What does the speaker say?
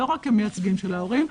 לא רק כמייצגים של ההורים.